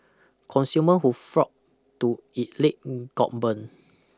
consumer who flocked to it late got burned